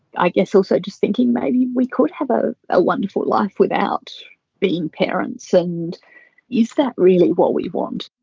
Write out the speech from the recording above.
i guess also just thinking maybe we could have a ah wonderful life without being parents and is that really what we want